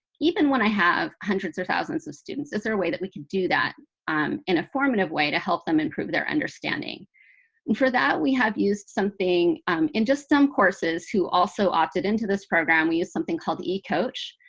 even when i have hundreds or thousands of students, is there a way that we can do that um in a formative way to help them improve their understanding? and for that, we have used something um in just some courses, who also opted into this program we use something called ecoach.